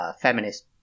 feminist